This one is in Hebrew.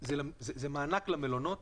זה מענק למלונות.